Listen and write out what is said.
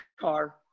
car